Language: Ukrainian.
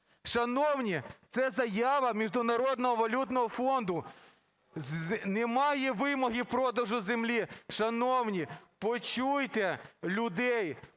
Шановні, це заява Міжнародного валютного фонду. Немає вимоги продажу землі. Шановні, почуйте людей,